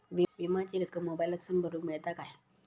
विमाची रक्कम मोबाईलातसून भरुक मेळता काय?